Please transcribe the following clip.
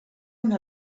una